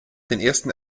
ersten